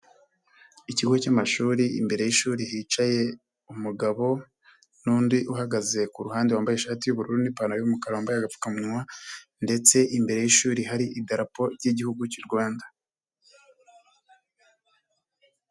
Ikigo cy'amashuri imbere y'ishuri hicaye umugabo n'undi uhagaze ku ruhande wambaye ishati y'ubururu n'ipantaro y'umukara wambaye agapfukamunwa, ndetse imbere y'ishuri hari idarapo ry'igihugu cy'u Rwanda.